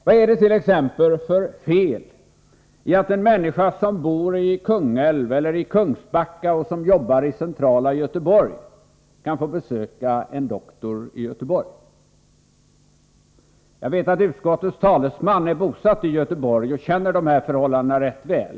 Vad är det t.ex. för fel i att en människa som bor i Kungälv eller i Kungsbacka och som jobbar i centrala Göteborg kan få besöka en doktor i Göteborg? Jag vet att utskottets talesman är bosatt i Göteborg och känner de här förhållandena rätt väl.